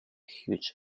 huge